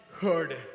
heard